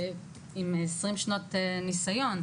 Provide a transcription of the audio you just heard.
עם עשרים שנות ניסיון,